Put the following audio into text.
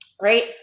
right